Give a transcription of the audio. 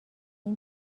این